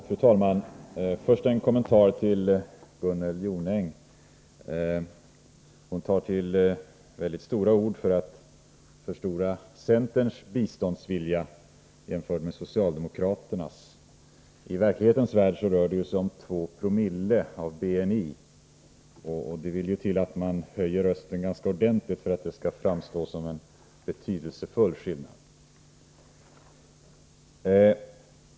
Fru talman! Först en kommentar till Gunnel Jonängs inlägg. Hon använder väldigt kraftiga uttryck för att förstora centerns biståndsvilja jämförd med socialdemokraternas. I verkligheten rör det sig om 2 Joo av BNI, och det vill ju till att man höjer rösten ganska ordentligt för att detta skall framstå som en betydelsefull skillnad.